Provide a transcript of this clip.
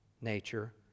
nature